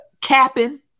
capping